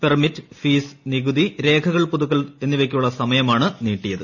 permit fees നികുതി രേഖകൾ പുതുക്കൽ എന്നിവയ്ക്കുള്ള സമയമാണ് നീട്ടിയത്